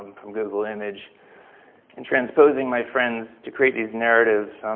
um from google image and transposing my friends to create these narratives.